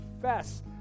confess